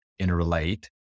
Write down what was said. interrelate